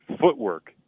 footwork